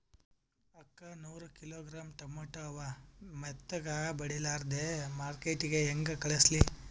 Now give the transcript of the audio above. ಅಕ್ಕಾ ನೂರ kilogram tomato ಅವ, ಮೆತ್ತಗಬಡಿಲಾರ್ದೆ ಮಾರ್ಕಿಟಗೆ ಹೆಂಗ ಕಳಸಲಿ?